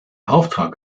auftrag